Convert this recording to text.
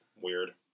weird